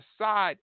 aside